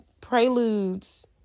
preludes